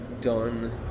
done